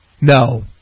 No